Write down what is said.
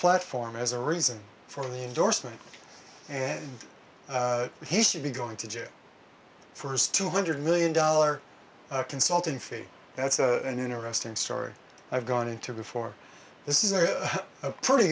platform as a reason for the endorsement and he should be going to jail for his two hundred million dollars consulting fee that's a new interesting story i've gone into before this is a pretty